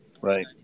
right